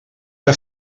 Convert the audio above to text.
que